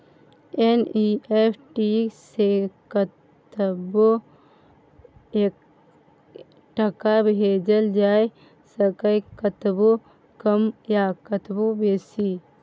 NEFT सँ कतबो टका भेजल जाए सकैए कतबो कम या कतबो बेसी